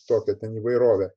tokią ten įvairovę